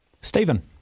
Stephen